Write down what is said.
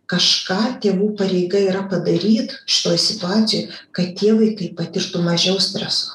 kažką tėvų pareiga yra padaryt šioj situacijoj kad tie vaikai patirtų mažiau streso